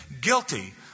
guilty